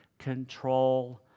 Control